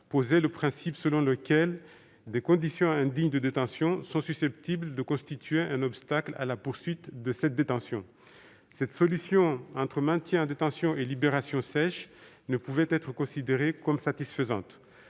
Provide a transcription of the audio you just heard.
posait le principe selon lequel des conditions indignes de détention sont susceptibles de constituer un obstacle à la poursuite de cette détention. Cette solution, entre maintien en détention et libération sèche, ne pouvait pas être considérée comme satisfaisante.